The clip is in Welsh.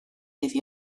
iddi